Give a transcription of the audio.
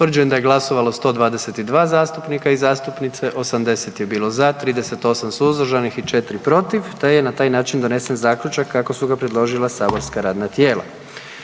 Utvrđujem da je glasovalo 111 zastupnika i zastupnica, 78 za, 33 suzdržana i na taj način je donesen zaključak kako ga je predložilo matično radno tijelo.